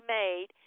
made